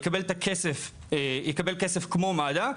יקבל את הכסף כמו מד"א,